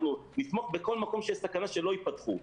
נתמוך בכל מקום שיש סכנה שלא ייפתחו.